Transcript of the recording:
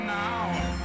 now